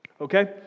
Okay